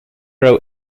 row